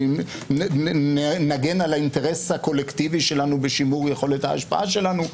בוא נגן על האינטרס הקולקטיבי שלנו בשימור יכולת ההשפעה שלנו.